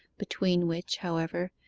between which, however,